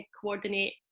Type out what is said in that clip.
coordinate